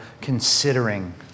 considering